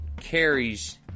carries